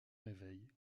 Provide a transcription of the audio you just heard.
réveil